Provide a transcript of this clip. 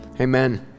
Amen